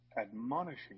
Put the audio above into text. admonishing